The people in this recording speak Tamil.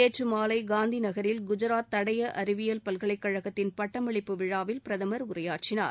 நேற்று மாலை காந்தி நகரில் குஜராத் தடய அறிவியல் பல்கலைக்கழகத்தின் பட்டமளிப்பு விழாவில் பிரதமர் உரையாற்றினார்